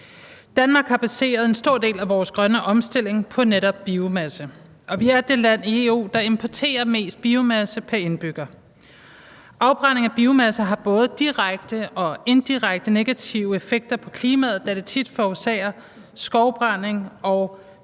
Danmark baseret en stor del af vores grønne omstilling på netop biomasse, og vi er det land i EU, der importerer mest biomasse pr. indbygger. Afbrænding af biomasse har både direkte og indirekte negative effekter på klimaet, da det tit forårsager skovafbrænding og